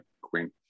queen